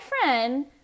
friend